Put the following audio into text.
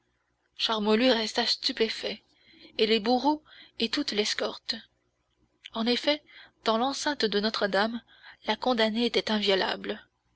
charmolue resta stupéfait et les bourreaux et toute l'escorte en effet dans l'enceinte de notre-dame la condamnée était inviolable